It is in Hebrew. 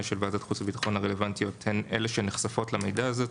הרלוונטיות של ועדת חוץ וביטחון הן אלה שנחשפות למידע הזה.